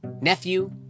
nephew